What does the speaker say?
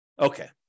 Okay